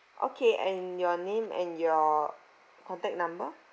okay and your name and your contact number